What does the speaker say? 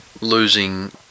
losing